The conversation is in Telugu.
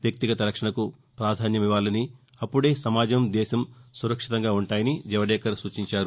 వ్యక్తిగత రక్షణకు ప్రాధాన్యమివ్వాలని అప్పుదే సమాజం దేశం సురక్షితంగా ఉంటాయని జవదేకర్ సూచించారు